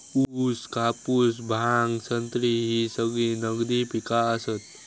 ऊस, कापूस, भांग, संत्री ही सगळी नगदी पिका आसत